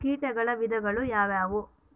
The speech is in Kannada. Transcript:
ಕೇಟಗಳ ವಿಧಗಳು ಯಾವುವು?